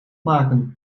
maken